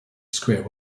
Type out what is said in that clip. square